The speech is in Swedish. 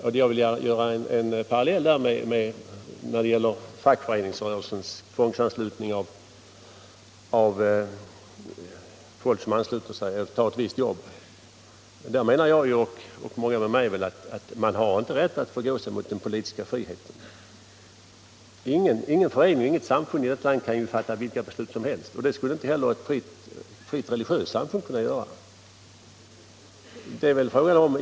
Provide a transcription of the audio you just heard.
Där vill jag dra en parallell med fackföreningsrörelsens tvångsanslutning av människor som tar ett visst jobb. Jag och många med mig menar att man inte har rätt att förgå sig mot den politiska friheten. Ingen förening och inget samfund i detta land kan fatta vilka beslut som helst, och det skulle inte heller ett fritt religiöst samfund kunna göra.